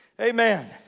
Amen